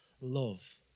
love